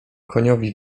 koniowi